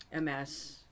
MS